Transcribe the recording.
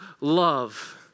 love